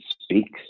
speaks